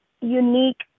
unique